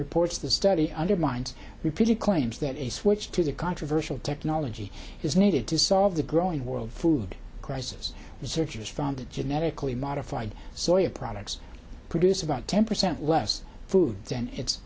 reports the study undermines your pretty claims that a switch to the controversial technology is needed to solve the growing world food crisis researchers found a genetically modified soria products produce about ten percent less food then it